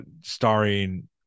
Starring